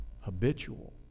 habitual